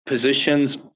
positions